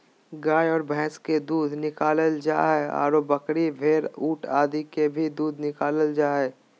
गाय आर भैंस के दूध निकालल जा हई, आरो बकरी, भेड़, ऊंट आदि के भी दूध निकालल जा हई